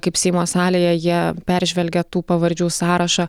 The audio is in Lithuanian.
kaip seimo salėje jie peržvelgia tų pavardžių sąrašą